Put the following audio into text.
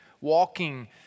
walking